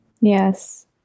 Yes